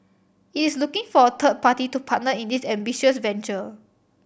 it is looking for a third party to partner in this ambitious venture